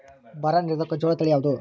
ಬರ ನಿರೋಧಕ ಜೋಳ ತಳಿ ಯಾವುದು?